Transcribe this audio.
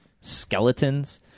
skeletons